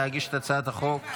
להציג את הצעת החוק.